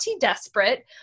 desperate